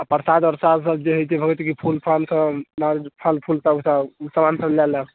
आओर परसाद अरसादसब जे होइ छै भगवतीके फूलफालसब फलफूलसब ईसब ओ समानसब लऽ लाएब